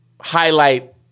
highlight